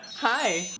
Hi